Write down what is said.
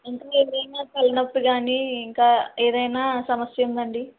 ఇంకా ఏమైనా తలనొప్పి కాని ఇంకా ఏదైనా సమస్య ఉందా అండి